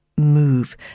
move